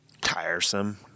tiresome